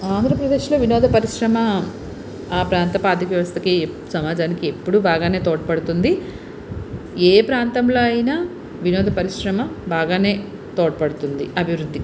ఆంధ్రప్రదేశ్లో వినోద పరిశ్రమ ఆ ప్రాంతపు ఆర్ధిక వ్యవస్థకి సమాజానికి ఎప్పుడు బాగా తోడ్పడుతుంది ఏ ప్రాంతంలో అయిన వినోద పరిశ్రమ బాగా తోడ్పడుతుంది అభివృద్దికి